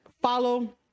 follow